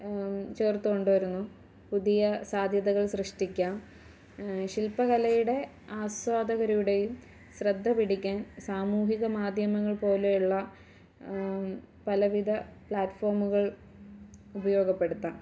ചേർത്തുകൊണ്ട് വരുന്നു പുതിയ സാദ്ധ്യതകൾ സൃഷ്ടിക്കാം ശില്പകലയുടെ ആസ്വാദകരുടേയും ശ്രദ്ധ പിടിക്കാൻ സാമൂഹിക മാധ്യമങ്ങൾ പോലെയുള്ള പല വിധ പ്ലാറ്റ്ഫോമുകൾ ഉപയോഗപ്പെടുത്താം